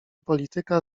polityka